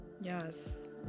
Yes